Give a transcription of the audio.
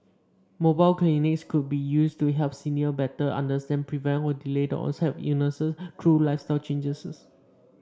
mobile clinics could be used to help senior better understand prevent or delay the onset of illnesses through lifestyle changes